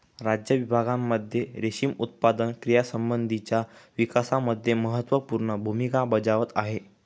राज्य विभागांमध्ये रेशीम उत्पादन क्रियांसंबंधीच्या विकासामध्ये महत्त्वपूर्ण भूमिका बजावत आहे